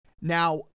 Now